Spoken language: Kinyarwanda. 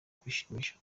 kwishimisha